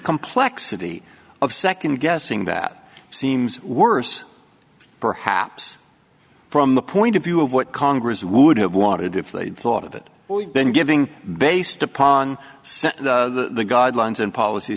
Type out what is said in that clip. complexity of second guessing that seems worse perhaps from the point of view of what congress would have wanted if they'd thought of it then giving based upon the guidelines and policy